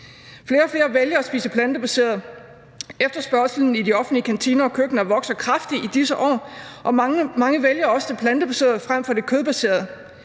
Flere og flere vælger at spise plantebaseret. Efterspørgslen i de offentlige kantiner og køkkener vokser kraftigt i disse år, og mange vælger også det plantebaserede frem for det kødbaserede.